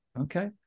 Okay